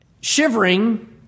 Shivering